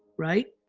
right.